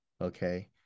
okay